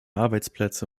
arbeitsplätze